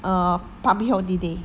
err public holiday